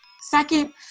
Second